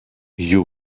you